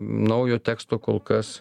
naujo teksto kol kas